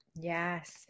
Yes